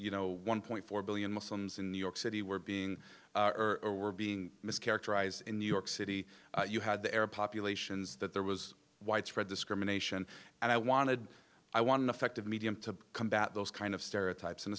you know one point four billion muslims in new york city were being or were being mischaracterize in new york city you had the air populations that there was widespread discrimination and i wanted i wanted affective medium to combat those kind of stereotypes and